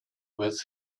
with